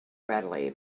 readily